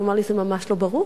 הוא אמר לי: זה ממש לא ברור,